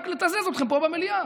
רק לתזז אתכם פה במליאה.